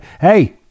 hey